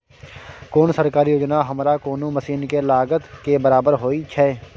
कोन सरकारी योजना हमरा कोनो मसीन के लागत के बराबर होय छै?